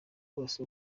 bose